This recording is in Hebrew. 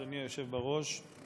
אדוני היושב בראש.